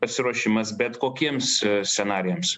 pasiruošimas bet kokiems scenarijams